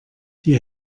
die